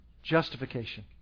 Justification